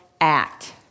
act